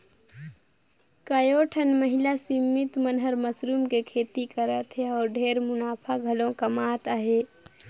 कयोठन महिला समिति मन हर मसरूम के खेती करत हें अउ ढेरे मुनाफा घलो कमात अहे